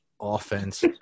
offense